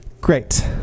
great